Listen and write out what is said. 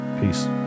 Peace